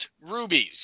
rubies